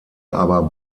aber